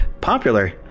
popular